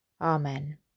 Amen